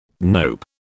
Nope